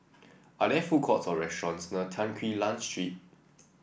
are there food courts or restaurants near Tan Quee Lan Street